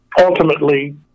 ultimately